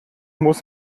muss